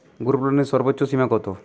গ্রুপলোনের সর্বোচ্চ সীমা কত?